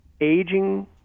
aging